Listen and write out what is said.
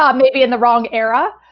um maybe in the wrong era,